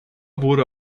wurde